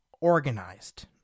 organized